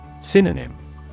Synonym